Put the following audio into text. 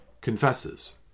confesses